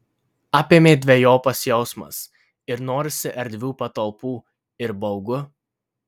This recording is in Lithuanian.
apėmė dvejopas jausmas ir norisi erdvių patalpų ir baugu